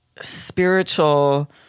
spiritual